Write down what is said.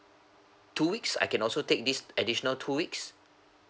two weeks I can also take this additional two weeks